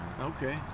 Okay